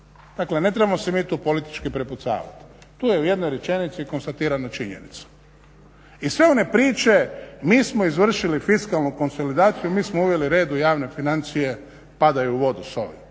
Dakle, ne trebamo se mi tu politički prepucavati, tu je u jednoj rečenici konstatirana činjenica. I sve one priče, mi smo izvršili fiskalnu konsolidaciju, mi smo uveli red u javne financije, padaju u vodu s ovim